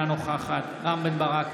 אינה נוכחת רם בן ברק,